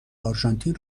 آرژانتین